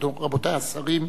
רבותי השרים,